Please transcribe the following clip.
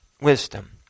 wisdom